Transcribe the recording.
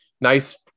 nice